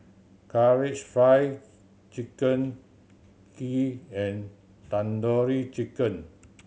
Karaage Fried Chicken Kheer and Tandoori Chicken